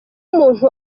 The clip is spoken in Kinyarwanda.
umuntu